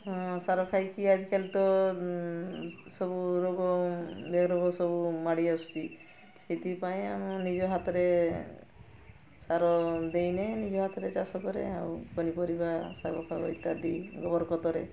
ହଁ ସାର ଖାଇକି ଆଜିକାଲି ତ ସବୁ ରୋଗ ଦେହ ରୋଗ ସବୁ ମାଡ଼ି ଆସୁଛି ସେଥିପାଇଁ ଆମ ନିଜ ହାତରେ ସାର ଦେଇନେ ନିଜ ହାତରେ ଚାଷ କରେ ଆଉ ପନିପରିବା ଶାଗଫାଗ ଇତ୍ୟାଦି ଗୋବର ଖତରେ